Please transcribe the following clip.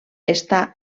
està